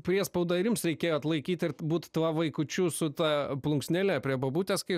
priespaudą ir jums reikėjo atlaikyt ir būt tuo vaikučiu su ta plunksnele prie bobutės kai